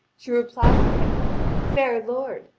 she replied to him fair lord,